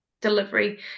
delivery